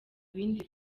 bindi